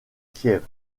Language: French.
kiev